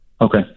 Okay